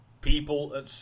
people